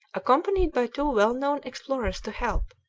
accompanied by two well-known explorers to help,